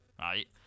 right